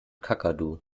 kakadu